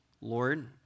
Lord